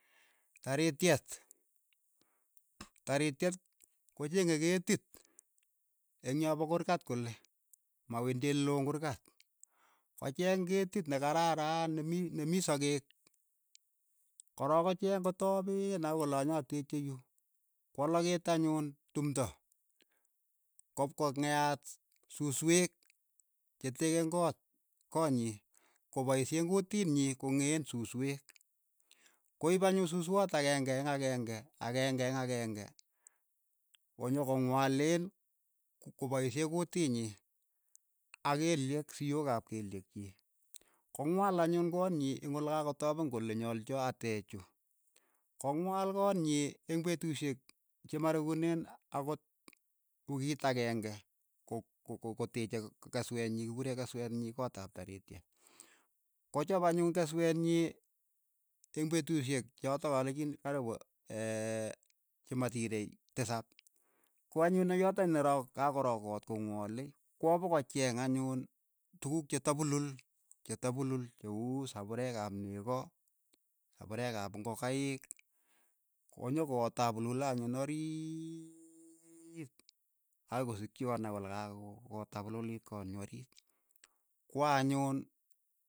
Tarityet, tarityet ko chen'ge keetit eng' yo po kuurkat kole, mawendi ole loo eng' kurkaat, ko cheeng ketit ne karaaran ne- mii- ne mii sokeek, ko rook ko cheng ko tapeen akoi ko le anyatekchi yu, kwo loket anyun tumto, kwa pkong'eat susweek che tekeen koot, konyii, kopaisheen kuutit nyii ko ng'een susweek. ko iip anyun suswoot akeng'e eng' akeng'e akeng'e eng' akeng'e, ko nyo ko ng'waleen ko paishee kuutit nyi. ak kelyek siyok ap kelyek chiik, ko ng'wal anyun koot nyi eng' ole ka kotapen kole nyoolcho atech yu, kong'wal koot nyii eng' petushek che marekuneen akot wikiit akeng'e, ko- ko- koteeche ke- kesweet nyii kikuree kesweet nyi koot ap tarityet, ko chap anyun kesweet nyi eng' petushek chotok kalekin karipu chemasirei tisap, ko anyun eng' yotok ne rook ka ko rook koot ko ng'walei, kwo pokocheeng anyun tukuk che tapulul che tapulul che uu sapureek ap neko, sapureek ap ingokaik, ko nyo kotapululei anyun oriiiiit akoi kosikchi ko nai kole ka kotapululiit konyu oriit, kwa anyuun.